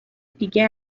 دیگه